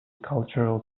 cultural